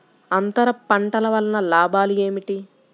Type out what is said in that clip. అంతర పంటల వలన లాభాలు ఏమిటి?